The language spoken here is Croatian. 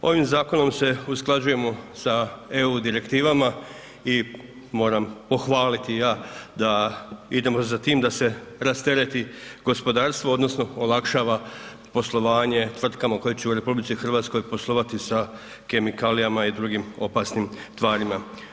Ovim zakonom se usklađujemo sa EU direktivama i moram pohvaliti ja da idemo za tim da se rastereti gospodarstvo odnosno olakšava poslovanje tvrtkama koje će u RH poslovati sa kemikalijama i drugim opasnim tvarima.